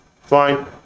Fine